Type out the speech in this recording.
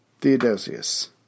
Theodosius